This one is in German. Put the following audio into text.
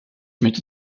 möchte